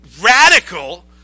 radical